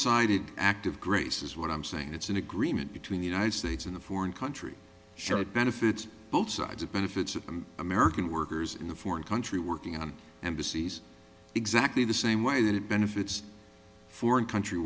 sided act of grace is what i'm saying it's an agreement between the united states in the foreign country share it benefits both sides it benefits of american workers in the foreign country working on embassies exactly the same way that it benefits foreign country